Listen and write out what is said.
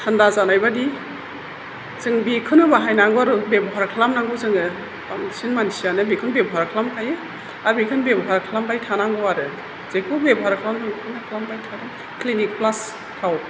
थान्दा जानाय बादि जों बिखौनो बाहायनांगौ आरो बेबहार खालामनांगौ जोङो बांसिन मानसियानो बेखौ बेबहार खालामखायो आरो बेखौनो बेबहार खालामबाय थानांगौ आरो जेखौ बेबहार खालामदों बेखौनो खालामबाय थादों ख्लिनिक फ्लास थाव